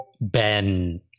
ben